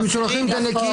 הם שולחים את הנקיים.